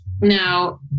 Now